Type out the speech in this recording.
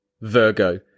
virgo